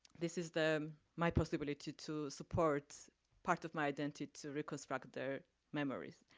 this is the, my possibility to support part of my identity, to reconstruct their memories.